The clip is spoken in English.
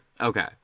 Okay